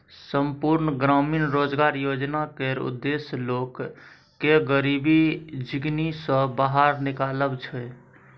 संपुर्ण ग्रामीण रोजगार योजना केर उद्देश्य लोक केँ गरीबी जिनगी सँ बाहर निकालब छै